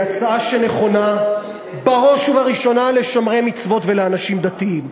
היא הצעה נכונה בראש ובראשונה לשומרי מצוות ולאנשים דתיים.